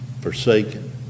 forsaken